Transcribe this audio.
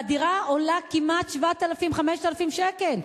והדירה עולה כמעט 5,000 7,000 שקל,